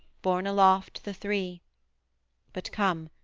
borne aloft, the three but come,